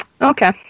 Okay